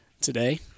today